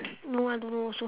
no I don't know also